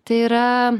tai yra